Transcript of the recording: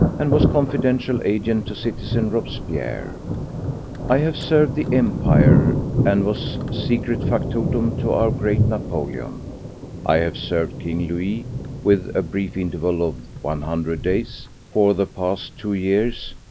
and was confidential agent to citizen robespierre i have served the empire, and was secret factotum to our great napoleon i have served king louis with a brief interval of one hundred days for the past two years,